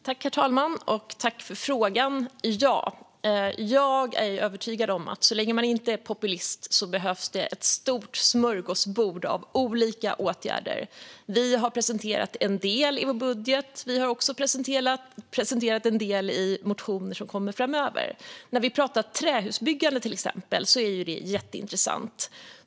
Herr talman! Tack, Larry Söder, för frågan! Jag är övertygad om att det för den som inte är populist behövs ett stort smörgåsbord av åtgärder. Vi har presenterat en del i vår budget. Vi har också presenterat en del i motioner som kommer framöver. Trähusbyggande är jätteintressant.